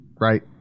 right